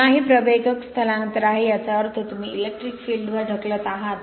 पुन्हा हे प्रवेगक स्थलांतर आहे याचा अर्थ तुम्ही इलेक्ट्रिक फील्ड वर ढकलत आहात